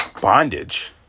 bondage